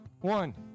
one